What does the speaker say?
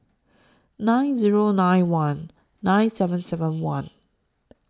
nine Zero nine one nine seven seven one